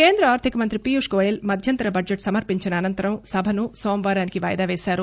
కేంద్ర ఆర్గికమంత్రి పీయూష్ గోయల్ మధ్యంతర బడ్లెట్ సమర్పించిన అనంతరం సభ సోమవారానికి వాయిదా పేశారు